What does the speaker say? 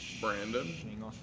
Brandon